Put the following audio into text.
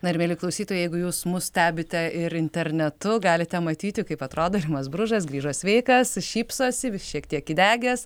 na ir mieli klausytojai jeigu jūs mus stebite ir internetu galite matyti kaip atrodo rimas bružas grįžo sveikas šypsosi šiek tiek įdegęs